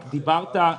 אני רוצה לשאול.